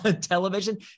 television